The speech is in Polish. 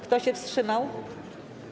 Kto się wstrzymał?